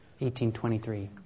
1823